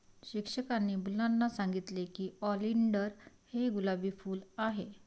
शिक्षकांनी मुलांना सांगितले की ऑलिंडर हे गुलाबी फूल आहे